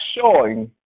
showing